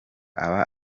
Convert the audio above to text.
aba